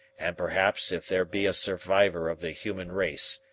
and perhaps if there be a survivor of the human race,